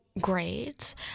grades